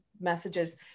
messages